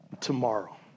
tomorrow